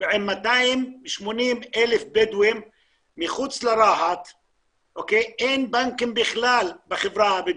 עם 280,000 בדואים מחוץ לרהט ואין בנקים בכלל בחברה הבדואית.